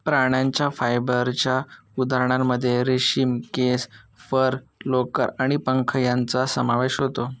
प्राण्यांच्या फायबरच्या उदाहरणांमध्ये रेशीम, केस, फर, लोकर आणि पंख यांचा समावेश होतो